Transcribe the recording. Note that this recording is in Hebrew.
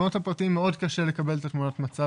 במעונות הפרטיים קשה מאוד לקבל את תמונת המצב,